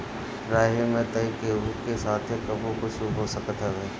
राही में तअ केहू के साथे कबो कुछु हो सकत हवे